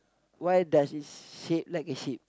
why does it shape like a ship